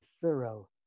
thorough